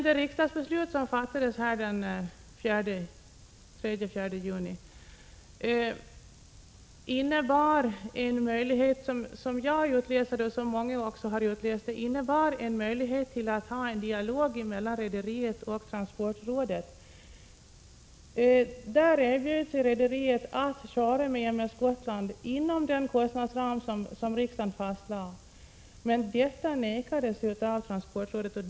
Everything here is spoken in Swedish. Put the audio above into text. Det riksdagsbeslut som fattades den 3 eller 4 juni innebar en möjlighet — och den tolkningen har också andra gjort — till en dialog mellan rederiet och transportrådet. Rederiet erbjöd sig att köra med M/S Gotland inom den av riksdagen fastlagda kostnadsramen, men transportrådet sade nej.